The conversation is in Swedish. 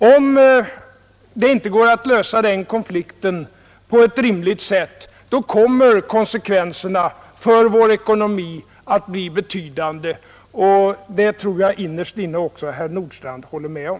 Om det inte går att lösa den konflikten på ett rimligt sätt, kommer konsekvenserna för vår ekonomi att bli betydande; det tror jag att också herr Nordstrandh innerst inne håller med om.